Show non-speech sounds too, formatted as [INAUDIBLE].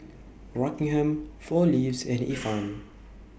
Rockingham four Leaves and [NOISE] Ifan